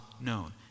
known